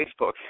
Facebook